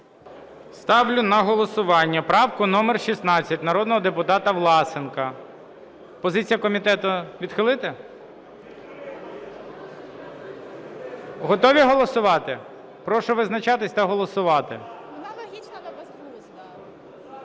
Ставлю на голосування правку номер 16 народного депутата Власенка. Позиція комітету – відхилити? Готові голосувати? Прошу визначатися та голосувати.